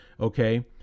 Okay